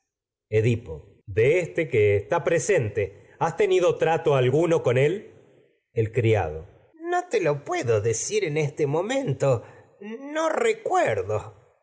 edipo de este que está presente has tenido trato alguno con él el criado no te lo puedo decir en este momento no recuerdo